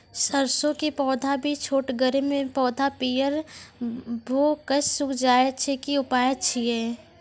सरसों के पौधा भी छोटगरे मे पौधा पीयर भो कऽ सूख जाय छै, की उपाय छियै?